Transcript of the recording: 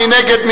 מי נגד?